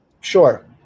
Sure